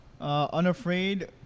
Unafraid